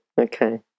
Okay